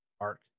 arc